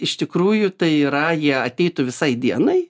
iš tikrųjų tai yra jie ateitų visai dienai